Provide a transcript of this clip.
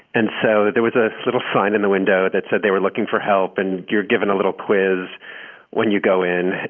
and so there was a little sign in the window that said they were looking for help. and you're given a little quiz when you go in.